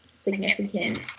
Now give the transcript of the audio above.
significant